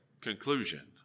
conclusion